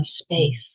space